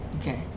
Okay